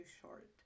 short